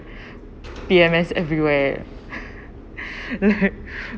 P_M_S everywhere right